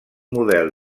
model